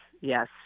yes